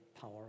power